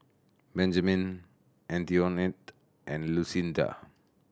Benjamine Antionette and Lucinda